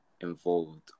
involved